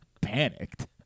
panicked